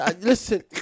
Listen